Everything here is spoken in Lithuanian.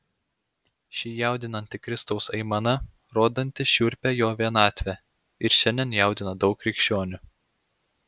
ši jaudinanti kristaus aimana rodanti šiurpią jo vienatvę ir šiandien jaudina daug krikščionių